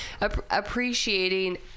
Appreciating